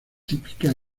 típica